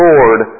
Lord